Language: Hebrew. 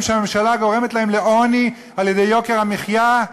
שהממשלה גורמת להן לעוני על-ידי יוקר המחיה,